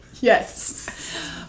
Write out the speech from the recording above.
Yes